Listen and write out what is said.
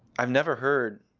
i've never heard